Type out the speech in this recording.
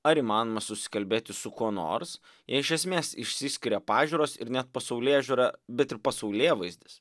ar įmanoma susikalbėti su kuo nors iš esmės išsiskiria pažiūros ir net pasaulėžiūra bet ir pasaulėvaizdis